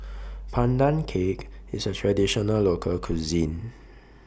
Pandan Cake IS A Traditional Local Cuisine